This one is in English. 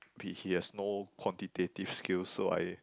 he has no quantitative skills so I